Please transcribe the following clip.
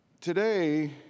today